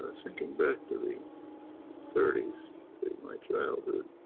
thinking back to the thirty s to my childhood,